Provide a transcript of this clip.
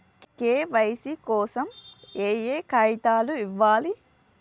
KYC కోసం ఏయే కాగితాలు ఇవ్వాలి?